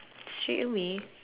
straightaway